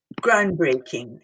groundbreaking